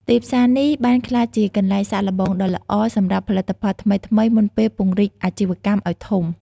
ទីផ្សារនេះបានក្លាយជាកន្លែងសាកល្បងដ៏ល្អសម្រាប់ផលិតផលថ្មីៗមុនពេលពង្រីកអាជីវកម្មឱ្យធំ។